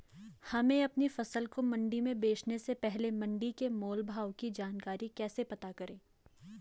हमें अपनी फसल को मंडी में बेचने से पहले मंडी के मोल भाव की जानकारी कैसे पता करें?